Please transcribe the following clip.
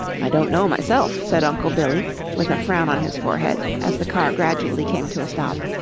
i don't know myself, said uncle billy with a frown on his forehead, as the car gradually came to a stop,